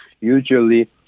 usually